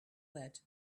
that